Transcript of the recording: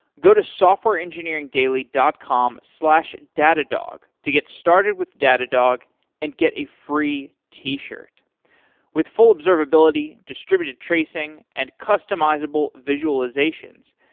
go to softwareengineeringdaily dot com slash datadog to get started with datadog and get a free t-shirt with full observability, distributed tracing and customizable visualizations,